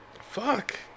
Fuck